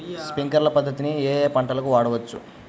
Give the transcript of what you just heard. Sprinkler పద్ధతిని ఏ ఏ పంటలకు వాడవచ్చు?